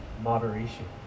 moderation